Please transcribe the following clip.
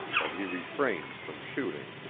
but he refrained from shooting.